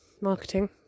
marketing